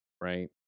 right